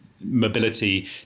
mobility